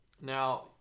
Now